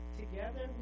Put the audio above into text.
together